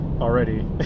already